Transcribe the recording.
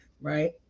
right